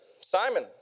Simon